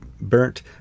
burnt